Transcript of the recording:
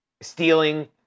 stealing